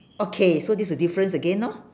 okay so this the difference again lor